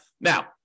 Now